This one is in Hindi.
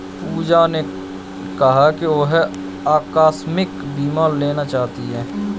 पूजा ने कहा कि वह आकस्मिक बीमा लेना चाहती है